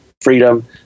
freedom